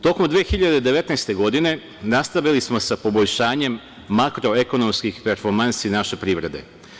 Tokom 2019. godine nastavili smo sa poboljšanjem makroekonomskih performansi naše privrede.